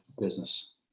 business